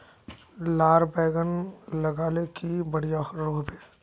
लार बैगन लगाले की बढ़िया रोहबे?